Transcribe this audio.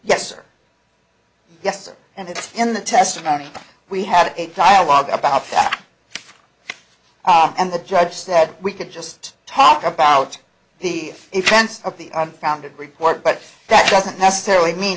or yes and it's in the testimony we had a dialogue about and the judge said we could just talk about the events of the i'm founded report but that doesn't necessarily mean